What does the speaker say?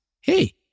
hey